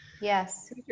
yes